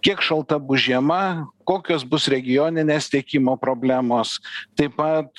kiek šalta bus žiema kokios bus regioninės tiekimo problemos taip pat